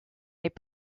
n’est